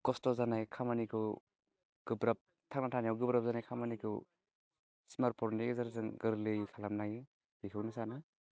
खस्थ' जानाय खामानिखौ गोब्राब थांना थानायाव गोब्राब जानाय खामानिखौ स्मार्ट फननि गेजेरजों गोरलै खालामनाय बेखौनो सानो